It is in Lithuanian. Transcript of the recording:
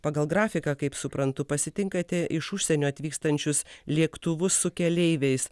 pagal grafiką kaip suprantu pasitinkate iš užsienio atvykstančius lėktuvus su keleiviais